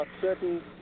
certain